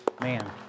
man